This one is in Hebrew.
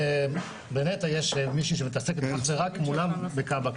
בנת"ע יש מישהי שמתעסקת בזה רק מולם בכבאות,